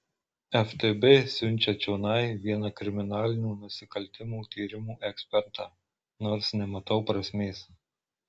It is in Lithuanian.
ftb siunčia čionai vieną kriminalinių nusikaltimų tyrimų ekspertą nors nematau prasmės